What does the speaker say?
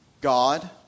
God